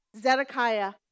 zedekiah